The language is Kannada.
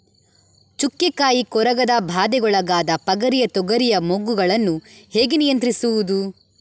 ಚುಕ್ಕೆ ಕಾಯಿ ಕೊರಕದ ಬಾಧೆಗೊಳಗಾದ ಪಗರಿಯ ತೊಗರಿಯ ಮೊಗ್ಗುಗಳನ್ನು ಹೇಗೆ ನಿಯಂತ್ರಿಸುವುದು?